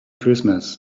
christmas